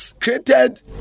created